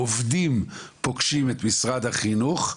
העובדים פוגשים את משרד החינוך,